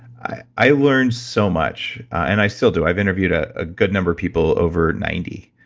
i learned so much, and i still do. i've interviewed ah a good number of people over ninety,